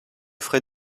frais